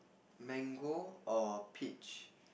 mango or peach